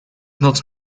not